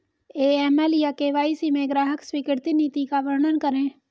AML या KYC में ग्राहक स्वीकृति नीति का वर्णन करें?